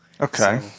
Okay